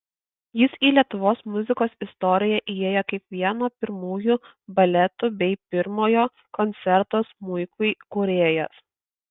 jis į lietuvos muzikos istoriją įėjo kaip vieno pirmųjų baletų bei pirmojo koncerto smuikui kūrėjas